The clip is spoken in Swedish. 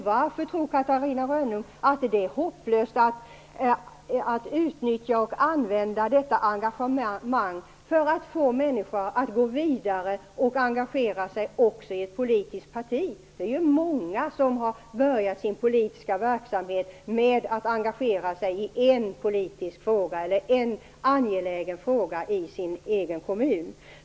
Varför tror Catarina Rönnung att det är hopplöst att använda detta engagemang för att få människor att gå vidare och engagera sig också i ett politiskt parti? Det är många som har börjat sin politiska verksamhet med att engagera sig i en politisk fråga eller en angelägen fråga i sin egen kommun.